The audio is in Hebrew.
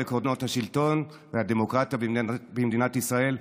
על עקרונות השלטון והדמוקרטיה במדינת ישראל.